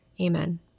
Amen